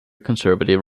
conservative